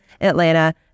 Atlanta